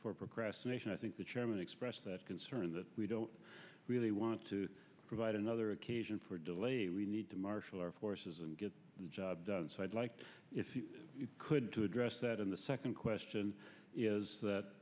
for procrastination i think the chairman expressed that concern that we don't really want to provide another occasion for delay we need to marshal our forces and get the job done so i'd like to if you could to address that in the second question is that